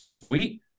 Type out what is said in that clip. sweet